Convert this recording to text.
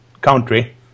country